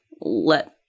let